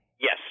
Yes